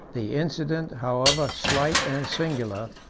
the incident, however slight and singular,